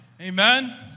Amen